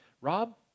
Rob